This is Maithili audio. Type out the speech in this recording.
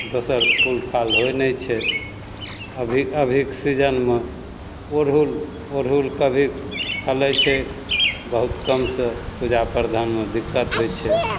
दोसर फूल फाल होइ नहि छै अभी अभीके सीजनमे अढ़हुल अढ़हुल कभी फलय छै बहुत कमसँ पूजा प्रदानमे दिक्कत होइ छै